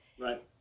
Right